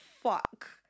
fuck